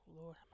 Lord